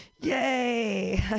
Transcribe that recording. Yay